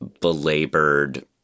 belabored